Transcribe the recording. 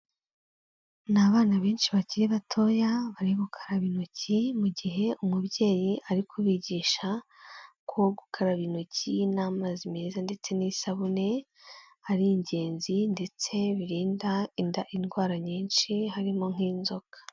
Ni abana benshi bakiri batoya, bari gukaraba intoki mu gihe umubyeyi ari kubigisha ko gukaraba intoki n'amazi meza ndetse n'isabune ari ingenzi ndetse birinda inda indwara nyinshi harimo nk'inzoka.